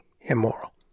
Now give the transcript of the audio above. immoral